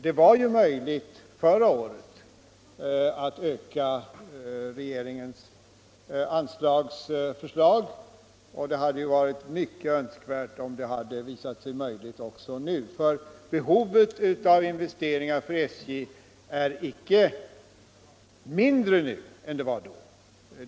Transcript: Det var ju möjligt förra året att gå utöver regeringens förslag, och det hade varit mycket önskvärt om det hade visat sig möjligt också nu. Behovet av investeringar för SJ är inte mindre nu än de var då.